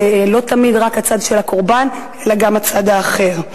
לא תמיד רק הצד של הקורבן אלא גם הצד האחר.